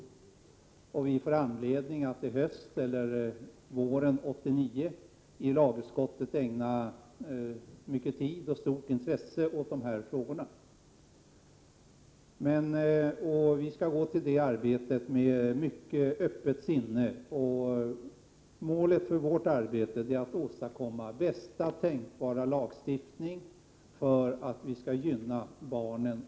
Vi får i lagutskottet anledning att i höst, eller under våren 1989, ägna mycken tid och stort intresse åt dessa frågor. Vi skall ta oss an detta arbete med ett mycket öppet sinne. Målet för vårt arbete är att åstadkomma bästa tänkbara lagstiftning för barnen och deras föräldrar.